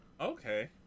Okay